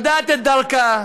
יודעת את דרכה.